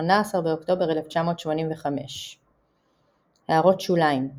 18 באוקטובר 1985 == הערות שוליים ====== הערות שוליים ==